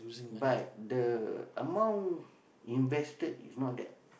but the amount invested is not that